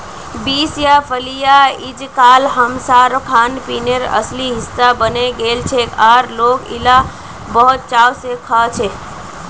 beans या फलियां अइजकाल हमसार खानपीनेर असली हिस्सा बने गेलछेक और लोक इला बहुत चाव स खाछेक